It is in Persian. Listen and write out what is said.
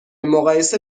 مقایسه